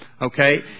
Okay